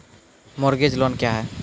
Mortgage loan क्या है?